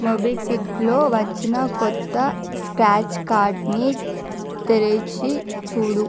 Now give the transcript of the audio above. మోబిక్విక్లో వచ్చిన కొత్త స్క్రాచ్ కార్డుని తెరచి చూడు